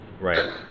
Right